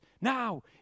now